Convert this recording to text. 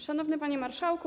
Szanowny Panie Marszałku!